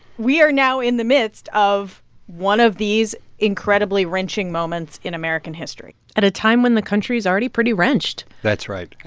we are now in the midst of one of these incredibly wrenching moments in american history at a time when the country is already pretty wrenched that's right.